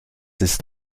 ist